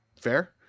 Fair